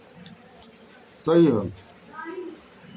चंपा के फूल चरक के बेमारी के इलाजो में काम करेला